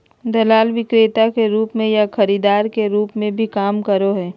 दलाल विक्रेता के रूप में या खरीदार के रूप में भी काम करो हइ